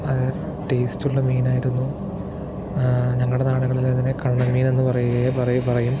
അതു ടേസ്റ്റ് ഉള്ള മീൻ ആയിരുന്നു ഞങ്ങളുടെ നാടുകളിൽ അതിനെ കണ്ണൻ മീൻ എന്നു പറയുകയും പറയും